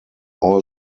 all